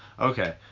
Okay